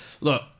Look